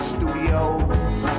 Studios